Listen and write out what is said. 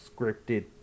scripted